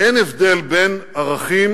אין הבדל בין ערכים